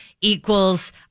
equals